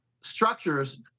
structures